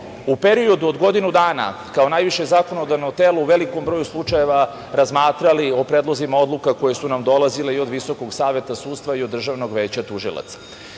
u periodu od godinu dana, kao najviše zakonodavno telo u velikom broju slučajeva razmatrali o predlozima odluka koje su nam dolazile i od Visokog saveta sudstva i od Državnog veća tužilaca.